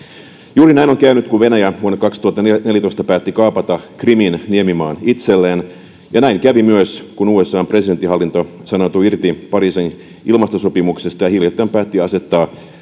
juuri näin on käynyt kun venäjä vuonna kaksituhattaneljätoista päätti kaapata krimin niemimaan itselleen ja näin kävi myös kun usan presidentinhallinto sanoutui irti pariisin ilmastosopimuksesta ja hiljattain päätti asettaa